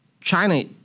China